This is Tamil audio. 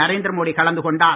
நரேந்திரமோடி கலந்து கொண்டார்